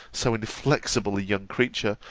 so inflexible a young creature,